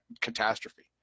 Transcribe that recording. catastrophe